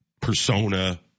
persona